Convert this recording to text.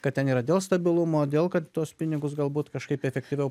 kad ten yra dėl stabilumo dėl kad tuos pinigus galbūt kažkaip efektyviau